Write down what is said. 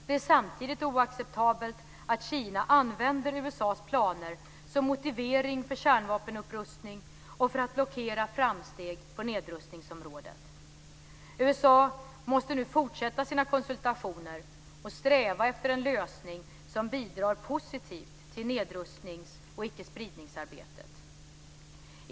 Det är samtidigt oacceptabelt att Kina använder USA:s planer som motivering för kärnvapenupprustning och för att blockera framsteg på nedrustningsområdet. USA måste nu fortsätta sina konsultationer och sträva efter en lösning som bidrar positivt till nedrustnings och icke-spridningsarbetet.